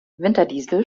winterdiesel